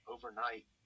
Overnight